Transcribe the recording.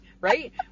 right